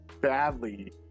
badly